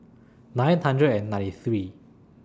nine hundred and ninety three